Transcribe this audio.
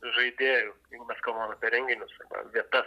žaidėjų jeigu mes kalbam apie renginius ar ne vietas